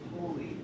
Holy